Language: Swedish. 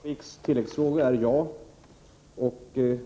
Fru talman! Svaret på Lena Öhrsviks tilläggsfråga är ja.